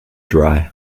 dry